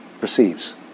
Receives